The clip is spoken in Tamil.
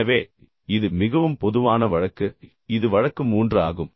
எனவே இது மிகவும் பொதுவான வழக்கு இது வழக்கு 3 ஆகும்